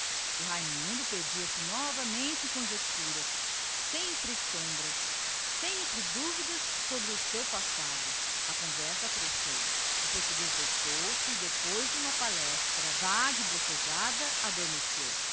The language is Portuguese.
raimundo perdia-se novamente em conjeturas sempre sombras sempre as mesmas dúvidas sobre o seu passado a conversa afrouxou o portuguesinho deitou-se e depois de uns restos de palestra vaga e bocejado adormeceu